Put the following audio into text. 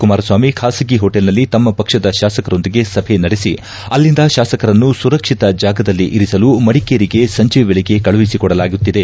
ಕುಮಾರಸ್ವಾಮಿ ಖಾಸಗಿ ಹೋಟೆಲ್ನಲ್ಲಿ ತಮ್ನ ಪಕ್ಷದ ಶಾಸಕರೊಂದಿಗೆ ಸಭೆ ನಡೆಸಿ ಅಲ್ಲಿಂದ ಶಾಸಕರನ್ನು ಸುರಕ್ಷಿತ ಜಾಗದಲ್ಲಿ ಇರಿಸಲು ಮಡಿಕೇರಿಗೆ ಸಂಜೆ ವೇಳೆಗೆ ಕಳುಹಿಸಿಕೊಡಲಾಗುತ್ತದೆ